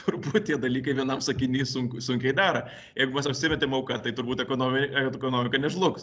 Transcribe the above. turbūt tie dalykai vienam sakiny sunk sunkiai dera jeigu mes apsimetėm auka tai turbūt ekonomi ekonomika nežlugs